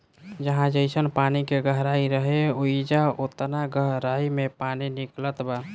जहाँ जइसन पानी के गहराई रहे, ओइजा ओतना गहराई मे पानी निकलत बा